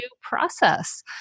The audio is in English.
process